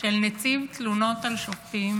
של נציב תלונות על שופטים,